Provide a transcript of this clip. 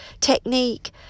technique